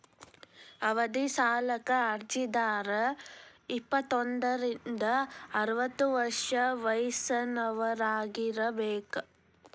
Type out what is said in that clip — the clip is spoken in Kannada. ಅವಧಿ ಸಾಲಕ್ಕ ಅರ್ಜಿದಾರ ಇಪ್ಪತ್ತೋಂದ್ರಿಂದ ಅರವತ್ತ ವರ್ಷ ವಯಸ್ಸಿನವರಾಗಿರಬೇಕ